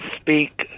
speak